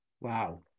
Wow